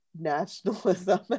nationalism